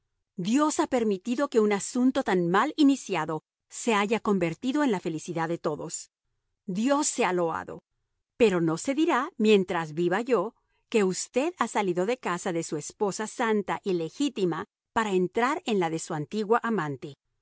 dios ha permitido que un asunto tan mal iniciado se haya convertido en la felicidad de todos dios sea loado pero no se dirá mientras viva yo que usted ha salido de casa de su esposa santa y legítima para entrar en la de su antigua amante